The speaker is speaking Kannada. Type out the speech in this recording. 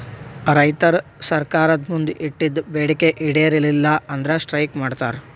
ರೈತರ್ ಸರ್ಕಾರ್ದ್ ಮುಂದ್ ಇಟ್ಟಿದ್ದ್ ಬೇಡಿಕೆ ಈಡೇರಲಿಲ್ಲ ಅಂದ್ರ ಸ್ಟ್ರೈಕ್ ಮಾಡ್ತಾರ್